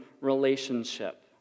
relationship